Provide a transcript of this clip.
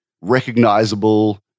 recognizable